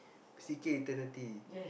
C_K eternity